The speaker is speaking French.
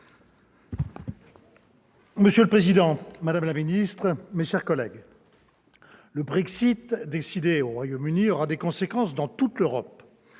Monsieur le président, madame la ministre, mes chers collègues, le Brexit, décidé au Royaume-Uni, aura des conséquences dans toute l'Europe.